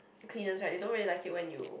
the cleaners right they don't really like it when you